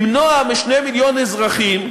למנוע מ-2 מיליון אזרחים,